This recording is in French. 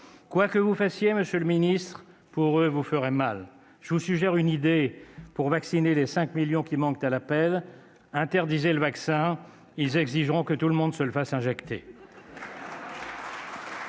Quoi que vous fassiez, monsieur le ministre, pour eux vous ferez mal ! Je vous suggère une idée : pour vacciner les 5 millions qui manquent à l'appel, interdisez le vaccin, ils exigeront que tout le monde se le fasse injecter